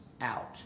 out